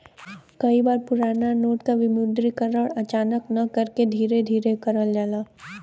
कई बार पुराना नोट क विमुद्रीकरण अचानक न करके धीरे धीरे करल जाला